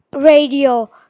Radio